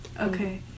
Okay